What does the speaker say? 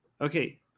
Okay